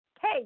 hey